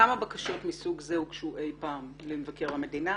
כמה בקשות מסוג זה הוגשו אי פעם למבקר המדינה,